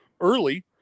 early